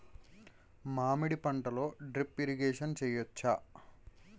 మామిడి పంటలో drip irrigation చేయచ్చా?